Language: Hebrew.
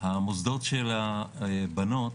המוסדות של הבנות,